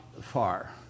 Far